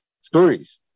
stories